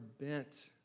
bent